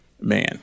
man